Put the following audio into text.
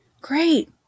Great